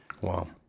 Wow